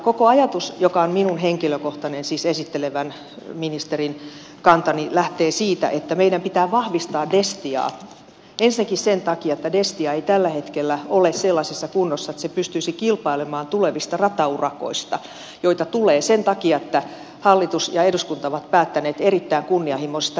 koko ajatus joka on minun henkilökohtainen kantani siis esittelevän ministerin kanta lähtee siitä että meidän pitää vahvistaa destiaa ensinnäkin sen takia että destia ei tällä hetkellä ole sellaisessa kunnossa että se pystyisi kilpailemaan tulevista rataurakoista joita tulee sen takia että hallitus ja eduskunta ovat päättäneet erittäin kunnianhimoisesta ratarakennusohjelmasta